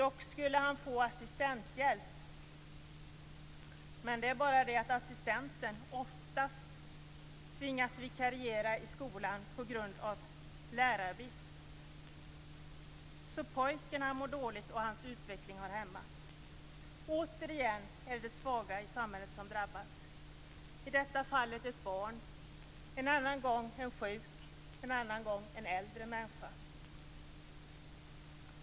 Han skulle få assistenthjälp, men det är bara det att assistenten oftast tvingas vikariera i skolan på grund av lärarbrist. Pojken mår dåligt, och hans utveckling har hämmats. Återigen är det de svaga i samhället som drabbas. I detta fall gäller det ett barn - en annan gång kan det vara en sjuk eller en äldre människa.